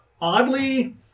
oddly